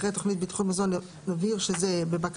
אחרי "תכנית בטיחות המזון" יבוא "בבקרה